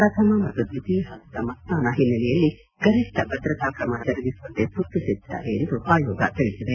ಪ್ರಥಮ ಮತ್ತು ದ್ವಿತೀಯ ಹಂತದ ಮತದಾನ ಹಿನ್ನೆಲೆಯಲ್ಲಿ ಗರಿಷ್ಠ ಭದ್ರತಾ ಕ್ರಮ ಜರುಗಿಸುವಂತೆ ಸೂಚಿಸಿದ್ದಾರೆ ಎಂದು ಆಯೋಗ ತಿಳಿಸಿದೆ